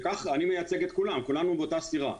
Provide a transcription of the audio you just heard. וכך אני מייצג את כולם, כולנו באותה סירה.